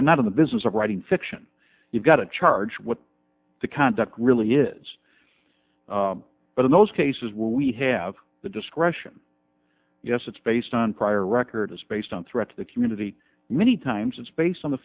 i'm not in the business of writing fiction you've got to charge what the conduct really is but in those cases where we have the discretion yes it's based on prior record it's based on threat to the community many times it's based on the